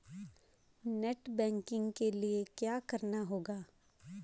Net banking के लिए क्या करना होगा?